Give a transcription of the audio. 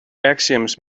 axioms